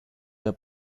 der